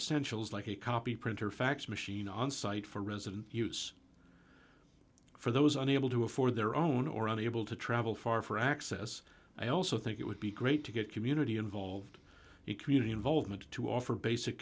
essential is like a copy printer fax machine on site for resident use for those unable to afford their own or unable to travel far for access i also think it would be great to get community involved community involvement to offer basic